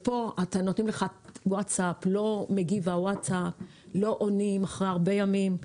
כאן נותנים לך ווטסאפ שהוא לא מגיב ולא עונים לך אחרי ימים רבים.